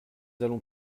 allons